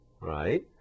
right